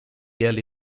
yale